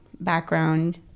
background